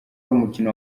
umukino